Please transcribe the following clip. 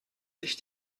sich